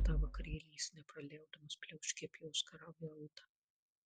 per tą vakarėlį jis nepaliaudamas pliauškė apie oskarą vaildą